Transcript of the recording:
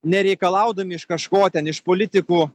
nereikalaudami iš kažko ten iš politikų